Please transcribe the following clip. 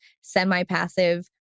semi-passive